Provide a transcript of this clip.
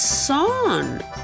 song